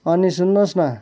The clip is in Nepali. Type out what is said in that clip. अनि सुन्नुहोस् न